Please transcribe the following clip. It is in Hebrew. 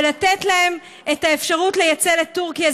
ולתת להם את האפשרות לייצא לטורקיה.